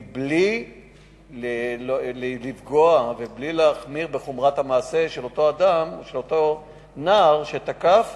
בלי לפגוע ובלי להחמיר בחומרת המעשה של אותו נער שתקף,